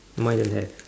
mine don't have